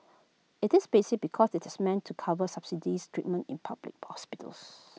IT is basic because IT is meant to cover subsidised treatment in public hospitals